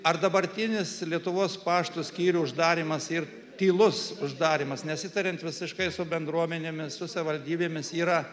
ar dabartinis lietuvos pašto skyrių uždarymas ir tylus uždarymas nesitariant visiškai su bendruomenėmis su savaldybėmis yra